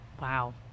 Wow